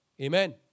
Amen